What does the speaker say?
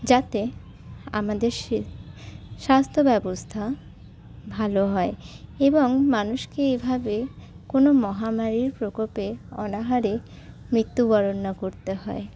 যাতে আমাদের স্বাস্থ্যব্যবস্থা ভালো হয় এবং মানুষকে এভাবে কোনও মহামারির প্রকোপে অনাহারে মৃত্যুবরণ না করতে হয়